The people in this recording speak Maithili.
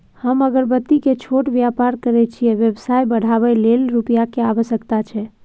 हम अगरबत्ती के छोट व्यापार करै छियै व्यवसाय बढाबै लै रुपिया के आवश्यकता छै?